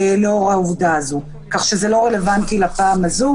לכן זה לא רלוונטי לבחירות האלה.